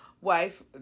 wife